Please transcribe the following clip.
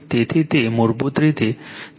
તેથી તે મૂળભૂત રીતે તે વોલ્ટેજ જુએ છે